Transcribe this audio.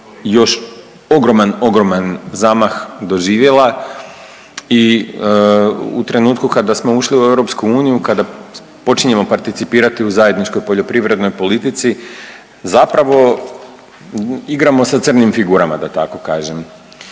još ogroman, ogroman zamah doživjela i u trenutku kada smo ušli u EU, kada počinjemo participirati u zajedničkoj poljoprivrednoj politici zapravo igramo sa crnim figurama da tako kažem.